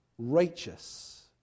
righteous